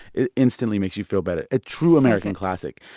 it instantly makes you feel better a true american classic.